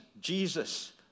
Jesus